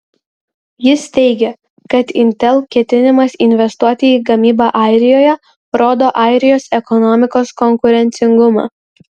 jis teigė kad intel ketinimas investuoti į gamybą airijoje rodo airijos ekonomikos konkurencingumą